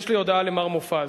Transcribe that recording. יש לי הודעה למר מופז: